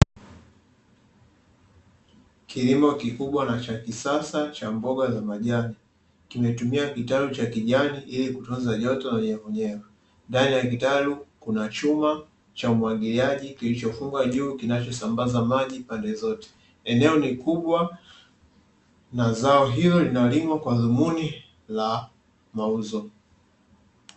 Kilimo kikubwa na cha kisasa cha mboga za majani. Kimetumia kitalu cha kijani ili kutunza joto na unyevuunyevu. Ndani ya kitalu kuna chuma cha umwagiliaji kinachosambaza maji pande zote. Eneo ni kubwa na zao hilo linalimwa kwa dhumuni ya mauzo.